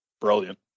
Brilliant